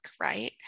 right